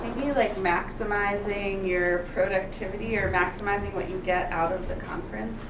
like maximizing your productivity or maximizing what you get out of the conference?